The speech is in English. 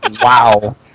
Wow